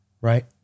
Right